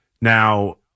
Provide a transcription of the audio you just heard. Now